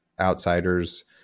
Outsiders